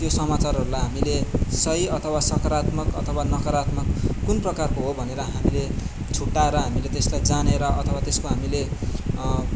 त्यो समाचारहरूलाई हामीले सही अथवा सकारात्मक अथवा नकारात्मक कुन प्रकारको हो भनेर हामीले छुट्टाएर हामीले त्यसलाई जानेर अथवा त्यसको हामीले